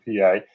PA